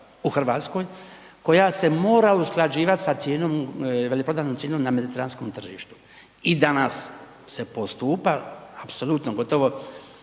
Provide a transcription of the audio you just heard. u Hrvatskoj koja se mora usklađivati sa cijenom veleprodajnom cijenom na mediteranskom tržištu i danas se postupa apsolutno, gotovo